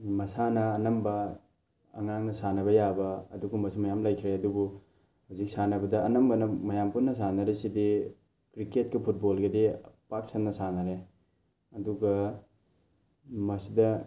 ꯃꯁꯥꯟꯅ ꯑꯅꯝꯕ ꯑꯉꯥꯡꯅ ꯁꯥꯟꯅꯕ ꯌꯥꯕ ꯑꯗꯨꯒꯨꯝꯕꯁꯨ ꯃꯌꯥꯝ ꯂꯩꯈ꯭ꯔꯦ ꯑꯗꯨꯕꯨ ꯍꯧꯖꯤꯛ ꯁꯥꯟꯅꯕꯗ ꯑꯅꯝꯕꯅ ꯃꯌꯥꯝ ꯄꯨꯟꯅ ꯁꯥꯟꯅꯔꯤꯁꯤꯗꯤ ꯀ꯭ꯔꯤꯛꯀꯦꯠꯀ ꯐꯨꯠꯕꯣꯜꯒꯗꯤ ꯄꯥꯛꯁꯟꯅ ꯁꯥꯟꯅꯔꯦ ꯑꯗꯨꯒ ꯃꯁꯤꯗ